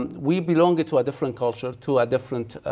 um we belong to a different culture, to a different